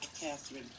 Catherine